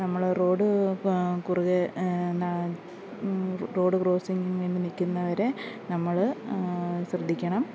നമ്മൾ റോഡ് കുറുകേ എന്നാൽ റോഡ് ക്രോസിങ്ങിന് ഇങ്ങനെ നിൽക്കുന്നവരെ നമ്മൾ ശ്രദ്ധിക്കണം